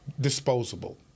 disposable